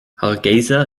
hargeysa